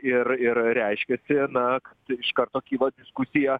ir ir reiškiasi na iš karto kyla diskusija